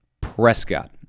Prescott